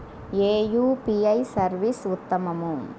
ఏ UPI service ఉత్తమము?